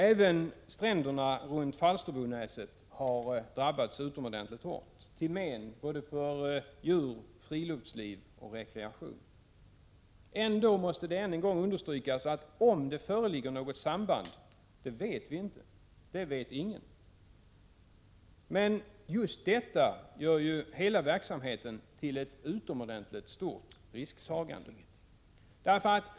Även stränderna runt Falsterbonäset har drabbats hårt, till men för djur, friluftsliv och rekreation. Ändå måste det än en gång understrykas att vi inte vet om det föreligger något samband. Det vet ingen. Men just detta gör ju hela verksamheten till ett utomordentligt stort risktagande.